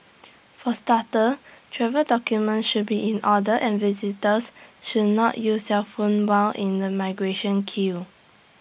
for starters travel documents should be in order and visitors should not use cellphones while in the migration queue